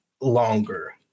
longer